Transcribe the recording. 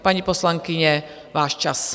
Paní poslankyně, váš čas.